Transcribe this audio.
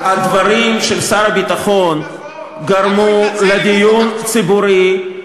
הדברים של שר הביטחון גרמו לדיון ציבורי,